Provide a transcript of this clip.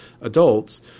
adults